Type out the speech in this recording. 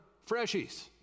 freshies